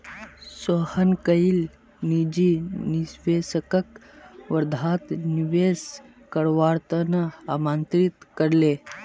सोहन कईल निजी निवेशकक वर्धात निवेश करवार त न आमंत्रित कर ले